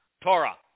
Torah